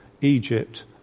Egypt